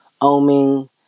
oming